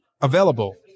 available